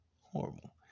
horrible